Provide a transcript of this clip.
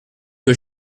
que